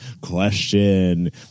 question